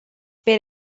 per